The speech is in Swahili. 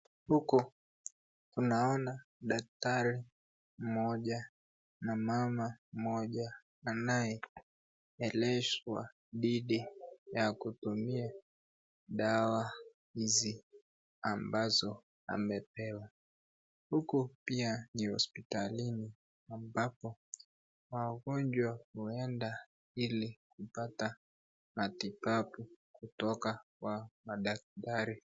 Huku tunaona daktari mmoja na mama mmoja anayeongeleshwa dhidi ya kutumia dawa hizi ambazo amepewa. Huku pia ni hospitalini ambapo wagonjwa huenda ili kupata matibabu kutoka kwa madaktari.